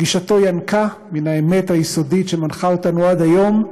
גישתו ינקה מן האמת היסודית שמנחה אותנו עד היום: